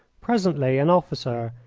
presently an officer,